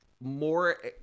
more